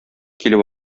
килеп